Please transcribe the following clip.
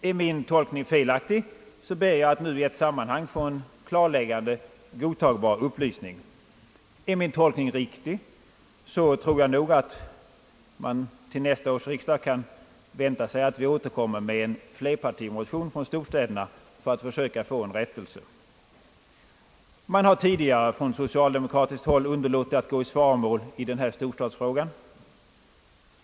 Är min tolkning felaktig så ber jag att nu i ett sammanhang få en klarläggande godtagbar upplysning. Är min tolkning riktig, så avser jag att till nästa års riksdag återkomma med en flerpartimotion från storstäderna för att försöka få en rättelse. Man har tidigare från socialdemokratiskt håll underlåtit att gå i svaromål i storstadsfrågan.